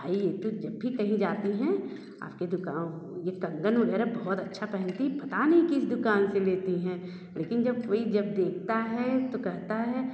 भाई ये जब भी कहीं जाती है आपके दुकाऊ यह कंगन वगैरह बहुत अच्छा पहनती पता नहीं किस दुकान से लेती हैं लेकिन जब कोई जब देखता है तो कहता है